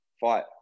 fight